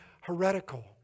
heretical